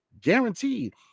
guaranteed